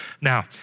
Now